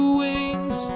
wings